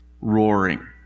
roaring